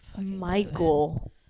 Michael